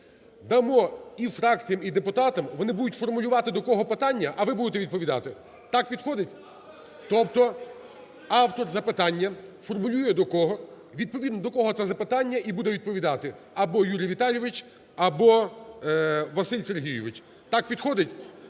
дамо і фракціям, і депутатам, вони будуть формулювати до кого питання, а ви будете відповідати. Так підходить? Тобто, автор запитання формулює до кого, відповідно до кого це запитання і буде відповідати, або Юрій Віталійович, або Василь Сергійович. Так підходить?